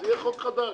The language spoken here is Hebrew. אז יהיה חוק חדש